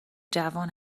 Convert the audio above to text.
جوان